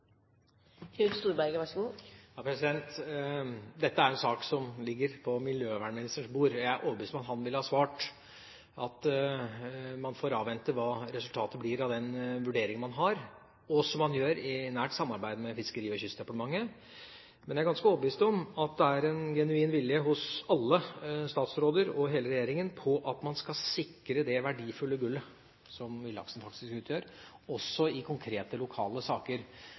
Dette er en sak som ligger på miljøvernministerens bord, og jeg er overbevist om at han ville ha svart at man får avvente hva resultatet blir av den vurderingen man har, og som man gjør i nært samarbeid med Fiskeri- og kystdepartementet. Men jeg er ganske overbevist om at det er en genuin vilje hos alle statsråder og hele regjeringa til at man skal sikre det verdifulle gullet som villaksen faktisk utgjør, også i konkrete lokale saker.